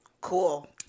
cool